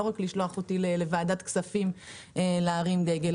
לא רק לשלוח אותי לוועדת כספים להרים דגל.